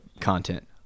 content